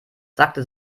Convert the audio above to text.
sagte